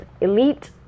elite